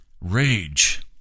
rage